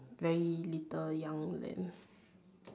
very little young lamb